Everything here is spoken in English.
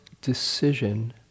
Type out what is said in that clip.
decision